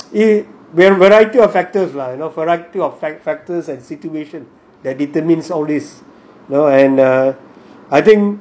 we have a variety of factors lah know variety of factors and situation that determine all this know and ugh I think